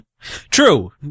true